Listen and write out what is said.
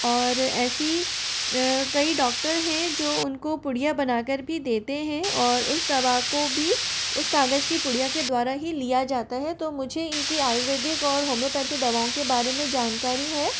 और ऐसी कई डॉक्टर हैं जो उनको पुड़िया बना कर भी देते हैं और उस दवा को भी उस कागज़ की पुड़िया के द्वारा ही लिया जाता है तो मुझे इनकी आयुर्वेदिक और होम्योपैथी दवाओं के बारे में जानकारी है